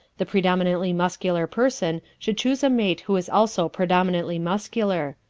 the predominantly muscular person should choose a mate who is also predominantly muscular.